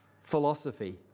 philosophy